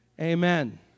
amen